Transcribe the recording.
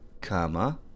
comma